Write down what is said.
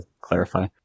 clarify